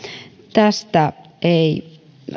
tästä ei